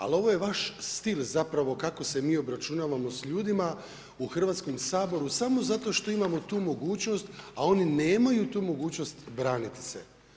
Ali ovo je vaš stil, zapravo, kako se mi obračunavamo s ljudima u Hrvatskom saboru samo zato što imamo tu mogućnost, a oni nemaju tu mogućnost braniti se.